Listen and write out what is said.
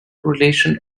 relation